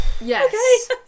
Yes